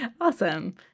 Awesome